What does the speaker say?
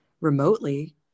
remotely